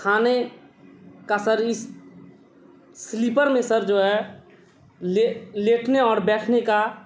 کھانے کا سر اس سلیپر میں سر جو ہے لیٹنے اور بیٹھنے کا